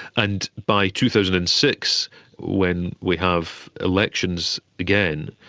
and by two thousand and six when we have elections again,